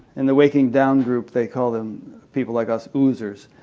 in the waking-down group they call them people like us oozers.